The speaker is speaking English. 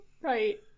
Right